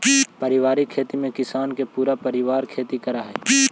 पारिवारिक खेती में किसान के पूरा परिवार खेती करऽ हइ